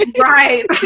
right